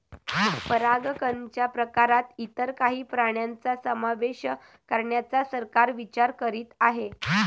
परागकणच्या प्रकारात इतर काही प्राण्यांचा समावेश करण्याचा सरकार विचार करीत आहे